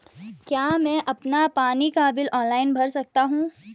क्या मैं अपना पानी का बिल ऑनलाइन भर सकता हूँ?